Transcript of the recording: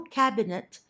cabinet